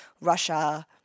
Russia